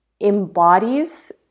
embodies